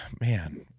man